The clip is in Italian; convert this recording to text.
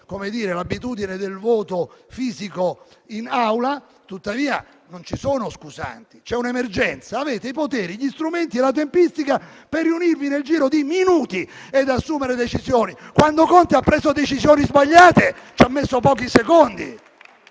mantenuto l'abitudine del voto fisico in Aula. Tuttavia, non ci sono scusanti; c'è un'emergenza. Avete i poteri, gli strumenti e la tempistica per riunirvi nel giro di minuti e assumere decisioni. Quando Conte ha preso decisioni sbagliate ci ha messo pochi secondi